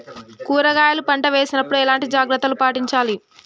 కూరగాయల పంట వేసినప్పుడు ఎలాంటి జాగ్రత్తలు పాటించాలి?